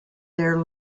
their